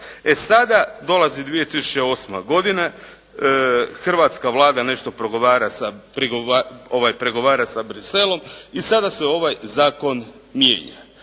E sada dolazi 2008. godina, hrvatska Vlada nešto pregovara sa Bruxellesom i sada se ovaj zakon mijenja.